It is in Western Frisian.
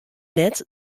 net